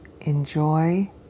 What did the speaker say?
enjoy